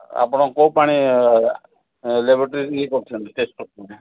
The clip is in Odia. ଆପଣ କୋଉ ପାଣି ଲାବ୍ରୋଟେରୀ ଇଏ କରୁଛନ୍ତି ଟେଷ୍ଟ୍ କରୁଛନ୍ତି